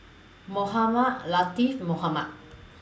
Mohamed Latiff Mohamed